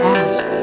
ask